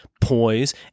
poise